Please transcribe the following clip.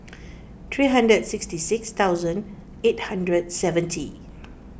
three hundred sixty six thousand eight hundred seventy